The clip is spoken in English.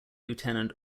lieutenant